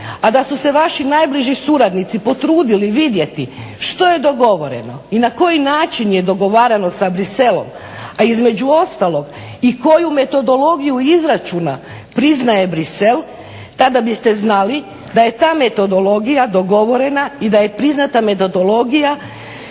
a da su se vaši najbliži suradnici potrudili vidjeti što je dogovoreno i na koji način je dogovarano sa Bruxellesom, a između ostalog i koju metodologiju izračuna priznaje Bruxelles tada biste znali da je ta metodologija dogovorena i da je priznata metodologija